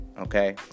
Okay